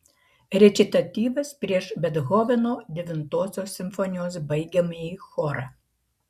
rečitatyvas prieš bethoveno devintosios simfonijos baigiamąjį chorą